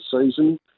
season